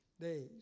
days